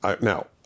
now